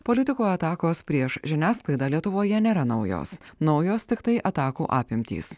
politikų atakos prieš žiniasklaidą lietuvoje nėra naujos naujos tiktai atakų apimtys